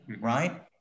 right